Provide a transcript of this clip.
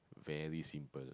very simple